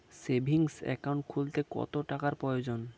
Savings account খুলতে কত টাকার প্রয়োজন?